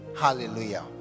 hallelujah